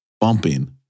bumping